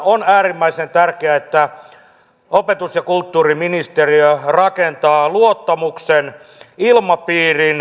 on äärimmäisen tärkeää että opetus ja kulttuuriministeriö rakentaa luottamuksen ilmapiirin